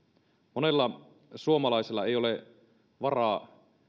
monella suomalaisella ei ole varaa